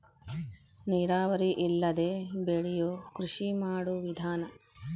ನೇರಾವರಿ ಇಲ್ಲದೆ ಬೆಳಿಯು ಕೃಷಿ ಮಾಡು ವಿಧಾನಾ